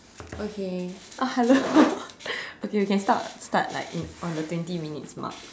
okay uh hello okay we can start start like in on the twenty minutes mark